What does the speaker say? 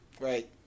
right